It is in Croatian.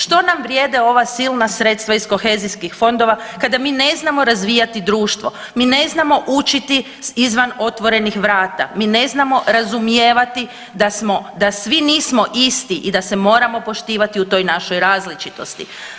Što nam vrijede ova silna sredstva iz kohezijskih fondova kada mi ne znamo razvijati društvo, mi ne znamo učiti s izvan otvorenih vrata, mi ne znamo razumijevati da smo, da svi nismo isti i da se moramo poštivati u toj našoj različitosti.